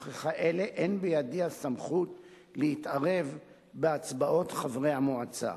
וככאלה אין בידי הסמכות להתערב בהצבעות חברי המועצה.